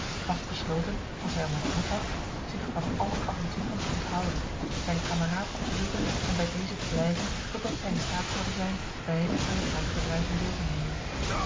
vast besloten als hij hem ontmoet had zich van george een ongeluksvogel alle avonturen te onthouden zijn kameraad op te zoeken en bij dezen te blijven totdat zij in staat zouden zijn beide aan de krijgsbedrijven deel te nemen